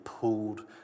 pulled